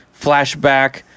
flashback